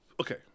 Okay